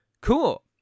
cool